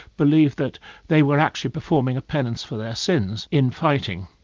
believed that they were actually performing a penance for their sins, in fighting.